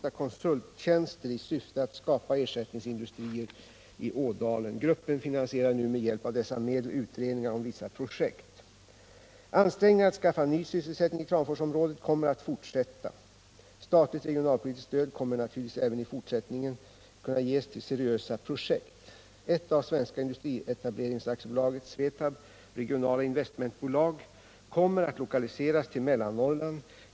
Ansträngningarna att skaffa ny sysselsättning i Kramforsområdet kommer att fortsätta. Statligt regionalpolitiskt stöd kommer naturligtvis även i fortsättningen att kunna ges till seriösa projekt. Ett av Svenska Industrieta blerings AB:s regionala investmentbolag kommer att lokaliseras till Mellannorrland.